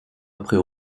après